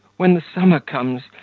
when the summer comes,